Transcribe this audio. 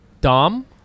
Dom